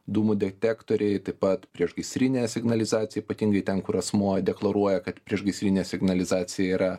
dūmų detektoriai taip pat priešgaisrinė signalizacija ypatingai ten kur asmuo deklaruoja kad priešgaisrinė signalizacija yra